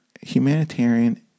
humanitarian